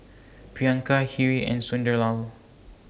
Priyanka Hri and Sunderlal